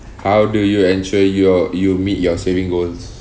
how do you ensure your you meet your saving goals